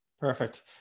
Perfect